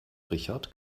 richard